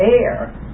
air